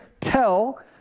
tell